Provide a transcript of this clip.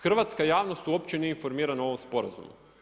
Hrvatska javnost uopće nije informirana o ovom sporazumu.